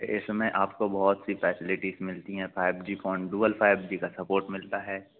इसमें आपको बहुत सी फैसिलिटिस मिलती हैं five G phone dual five G का सपोर्ट मिलता है